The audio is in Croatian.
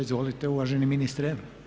Izvolite uvaženi ministre.